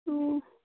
ꯑꯣ